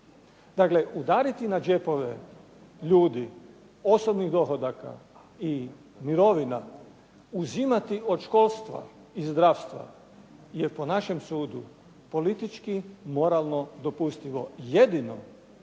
udariti na džepove ljudi osobnih dohodaka i mirovina, uzimati od školstva i zdravstva je po našem sudu politički, moralno dopustivo jedino